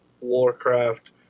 Warcraft